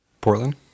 Portland